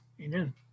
amen